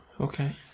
okay